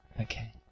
Okay